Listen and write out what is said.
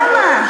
למה?